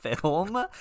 Film